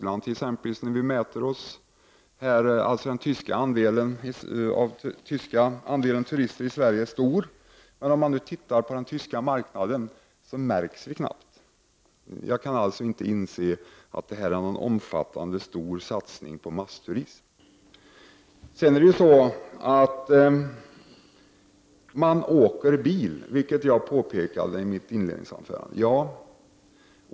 Andelen tyska turister i Sverige är stor, men om man ser till den tyska marknaden märks vi knappt. Jag kan inte inse att det är fråga om någon omfattande satsning på massturism. Turisterna i Sverige åker bil, vilket jag påpekade i mitt inledningsanförande.